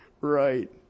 right